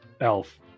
elf